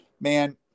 Man